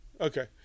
Okay